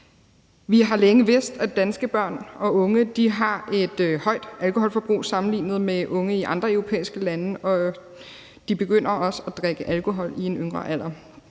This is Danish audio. Vi har længe vidst, at danske børn og unge har et højt alkoholforbrug sammenlignet med unge i andre europæiske lande, og de begynder også at drikke alkohol i en yngre alder.